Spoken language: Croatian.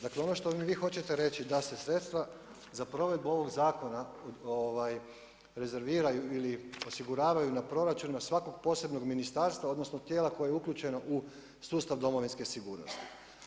Dakle, ono što mi vi hoćete reći da se sredstva za provedbu ovoga zakona rezerviraju ili osiguravaju na proračunima svakog posebnog ministarstva odnosno tijela koje je uključeno u sustav Domovinske sigurnosti.